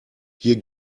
hier